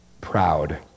proud